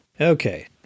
Okay